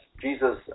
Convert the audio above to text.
Jesus